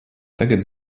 tagad